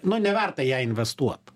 nu neverta į ją investuot